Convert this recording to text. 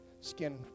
skin